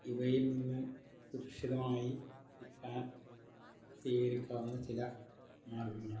ഇവയിൽ നിന്ന് സുരക്ഷിതമായി ഇരിക്കാൻ സ്വീകരിക്കാവുന്ന ചില മാർഗ്ഗങ്ങളാണ്